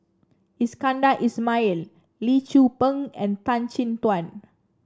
Iskandar Ismail Lee Tzu Pheng and Tan Chin Tuan